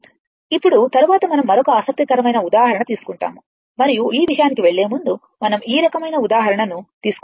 ఇప్పుడు తరువాత మనం మరొక ఆసక్తికరమైన ఉదాహరణ తీసుకుంటాము మరియు ఈ విషయానికి వెళ్ళే ముందు మనం ఈ రకమైన ఉదాహరణను తీసుకున్నాము